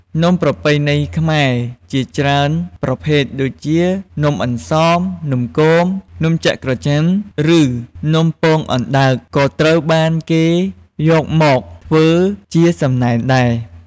នំប្រពៃណីខ្មែរជាច្រើនប្រភេទ ដូចជានំអន្សម នំគម នំចក្រច័ក្ស ឬ នំពងអណ្តើក ក៏ត្រូវបានគេយកមកធ្វើជាសំណែនដែរ។